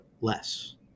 less